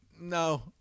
No